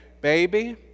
baby